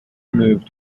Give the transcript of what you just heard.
moved